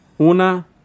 Una